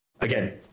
again